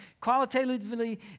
qualitatively